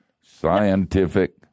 Scientific